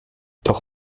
doch